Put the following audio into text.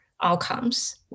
outcomes